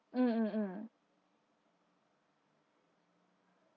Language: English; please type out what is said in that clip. mm mm mm